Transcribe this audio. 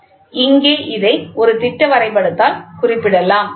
எனவே இங்கே இதை ஒரு திட்ட வரைபடத்தால் குறிப்பிடலாம்